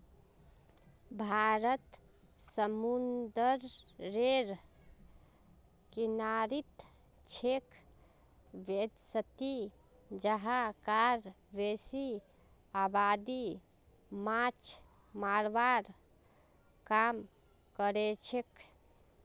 भारत समूंदरेर किनारित छेक वैदसती यहां कार बेसी आबादी माछ पकड़वार काम करछेक